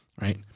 Right